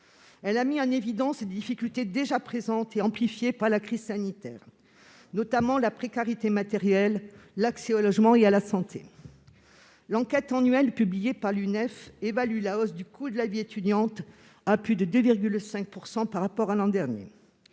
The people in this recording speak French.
Elle a mis en évidence des difficultés déjà présentes, amplifiée par la crise sanitaire, notamment la précarité matérielle, l'accès au logement et à la santé. L'enquête annuelle publiée par l'UNEF, l'Union nationale des étudiants de France, évalue la hausse du coût de la vie étudiante à plus de 2,5 % par rapport à l'an dernier